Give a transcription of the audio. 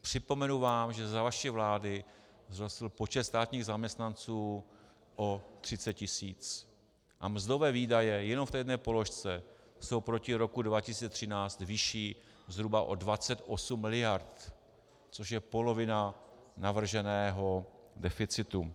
Připomenu vám, že za vaši vlády vzrostl počet státních zaměstnanců o 30 tisíc a mzdové výdaje jenom v té jedné položce jsou proti roku 2013 vyšší zhruba o 28 miliard, což je polovina navrženého deficitu.